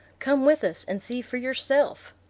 come with us, and see for yourself.